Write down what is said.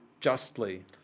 justly